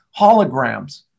holograms